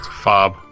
Fob